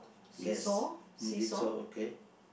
guess mm okay